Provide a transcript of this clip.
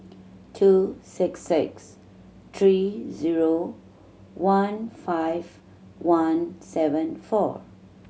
two six six three zero one five one seven four